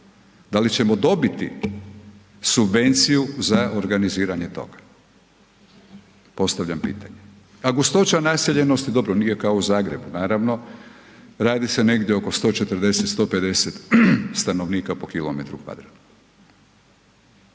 da li ćemo dobiti subvenciju za organiziranje toga? Postavljam pitanje. a gustoća naseljenosti, dobro, nije kao u Zagrebu, naravno, radi se negdje oko 140, 150 stanovnika po km kvadratnom.